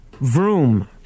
Vroom